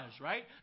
right